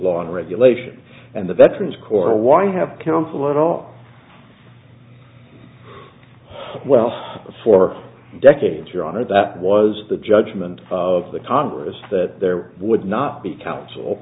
law and regulation and the veterans corps why have counsel and all well for decades your honor that was the judgment of the congress that there would not be